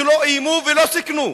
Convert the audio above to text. שלא איימו ולא סיכנו,